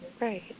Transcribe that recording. Right